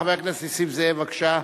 חבר הכנסת נסים זאב, בבקשה,